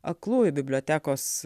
aklųjų bibliotekos